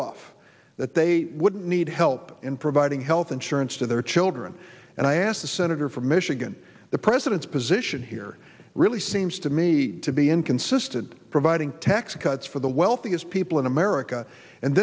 off that they wouldn't need help in providing health insurance to their children and i asked the senator from michigan the president's position here really seems to me to be inconsistent providing tax cuts for the wealthiest people in america and